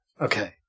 Okay